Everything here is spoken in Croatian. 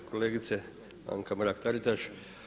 Kolegice Anka Mrak Taritaš.